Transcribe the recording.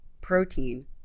protein